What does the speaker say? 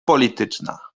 polityczna